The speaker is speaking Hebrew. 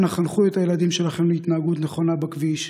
אנא חנכו את הילדים שלכם להתנהגות נכונה בכביש.